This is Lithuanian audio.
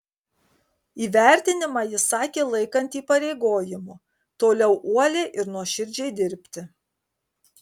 įvertinimą ji sakė laikanti įpareigojimu toliau uoliai ir nuoširdžiai dirbti